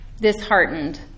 disheartened